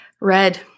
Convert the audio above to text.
Red